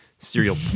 Serial